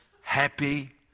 happy